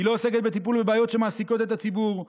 היא לא עוסקת בטיפול בבעיות שמעסיקות את הציבור,